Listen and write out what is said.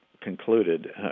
concluded